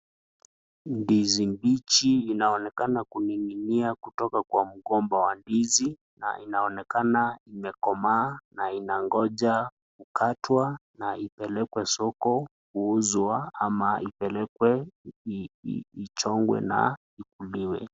Ndizi mbichi inaonekana kuning'inia kutoka kwa mgomba wa ndizi na inaonekana imekomaa na inangoja kukatwa, na ipelekwe soko kuuzwa ama ipelekwe ichongwe na ikuliwe.